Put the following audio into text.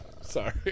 Sorry